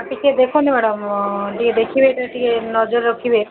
ଟିକେ ଦେଖନ୍ତୁ ମ୍ୟାଡମ୍ ଟିକେ ଦେଖିବେ ତ ଟିକେ ନଜର ରଖିବେ